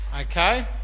Okay